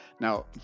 Now